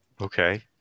Okay